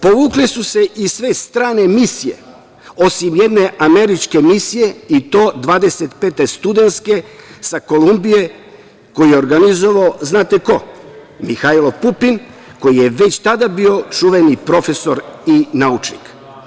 Povukle su se i sve strane misije, osim jedne američke misije, i to 25. studentske sa Kolumbije koju je organizovao, znate ko, Mihajlo Pupin, koji je već tada bio čuveni profesor i naučnik.